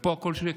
וגם אם לא.